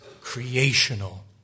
creational